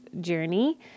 journey